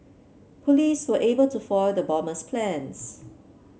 police were able to foil the bomber's plans